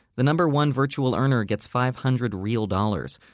the number one virtual earner gets five hundred real dollars.